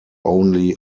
only